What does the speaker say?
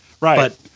Right